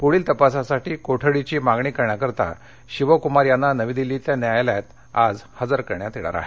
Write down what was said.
पुढील तपासासाठी कोठडीची मागणी करण्यासाठी शिवकुमार यांना नवी दिल्लीतल्या न्यायालयात आज हजर करण्यात येणार आहे